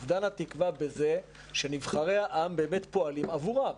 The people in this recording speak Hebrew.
אובדן התקווה בזה שנבחרי העם באמת פועלים עבורם.